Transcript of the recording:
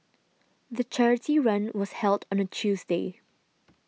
the charity run was held on a Tuesday